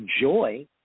joy